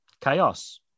chaos